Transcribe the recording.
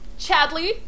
Chadley